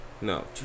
No